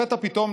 לפתע פתאום,